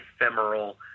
ephemeral